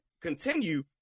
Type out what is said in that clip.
continue